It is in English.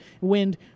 wind